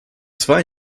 zwei